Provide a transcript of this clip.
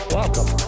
Welcome